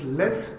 less